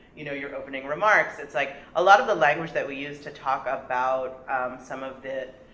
you know your opening remarks, it's like a lot of the language that we use to talk about some of the,